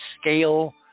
scale